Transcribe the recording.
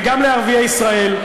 וגם לערביי ישראל,